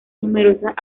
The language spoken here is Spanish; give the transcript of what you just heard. numerosas